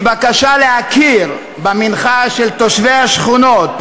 בקשה להכיר במנחה של תושבי השכונות,